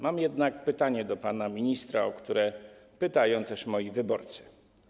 Mam jednak pytanie do pana ministra, które zadają też moi wyborcy.